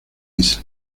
race